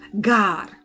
God